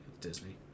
Disney